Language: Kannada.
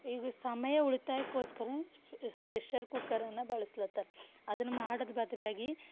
ಈಗ ಸಮಯ ಉಳಿತಾಯಕ್ಕೋಸ್ಕರ ಸ್ಪೆಷರ್ ಕುಕ್ಕರನ್ನು ಬಳಸ್ಲತರ ಅದನ್ನು ಮಾಡದ ಬದಲಾಗಿ